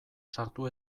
sartu